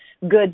good